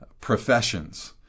professions